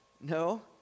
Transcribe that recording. no